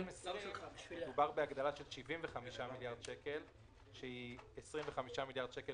ב-2020 מדובר בהגדלה של 75 מיליארד שקלים - 25 מיליארד שקלים